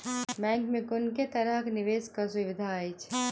Bank मे कुन केँ तरहक निवेश कऽ सुविधा अछि?